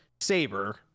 Saber